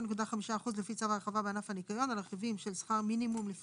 על תגמולים זה 7.5% לפי צו ההרחבה בענף הניקיון על הרכיבים של שכר יסוד,